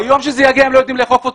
ביום שזה יגיע, הם לא יודעים לאכוף אותו.